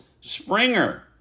Springer